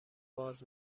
باز